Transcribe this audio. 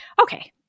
Okay